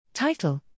Title